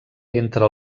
entre